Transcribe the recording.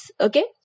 okay